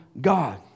God